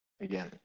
again